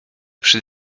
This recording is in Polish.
przy